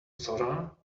zora